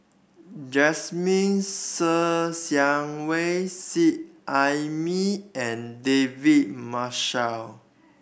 Jasmine Ser Xiang Wei Seet Ai Mee and David Marshall